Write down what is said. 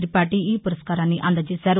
తిపాఠి ఈ పురస్కారాన్ని అందజేశారు